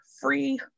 Free